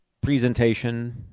presentation